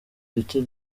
duke